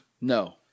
No